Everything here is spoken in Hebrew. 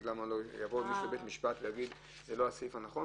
יבוא מישהו מבית משפט ויגיד שזה לא הסעיף הנכון?